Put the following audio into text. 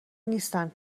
نیستم